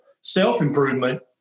self-improvement